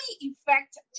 effect